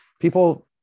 people